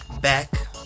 back